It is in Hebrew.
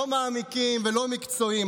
לא מעמיקים ולא מקצועיים.